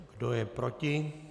Kdo je proti?